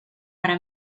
para